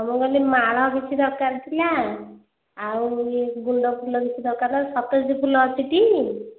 ମୁଁ କହିଲି ମାଳ କିଛି ଦରକାର ଥିଲା ଆଉ ଗୁଣ୍ଡ ଫୁଲ କିଛି ଦରକାର ସତେଜ ଫୁଲ ଅଛି ଟି